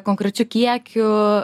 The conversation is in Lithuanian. konkrečiu kiekiu